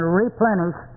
replenish